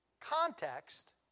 context